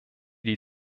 die